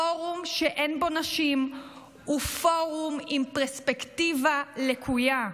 פורום שאין בו נשים הוא פורום עם פרספקטיבה לקויה.